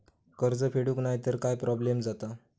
कर्ज फेडूक नाय तर काय प्रोब्लेम जाता?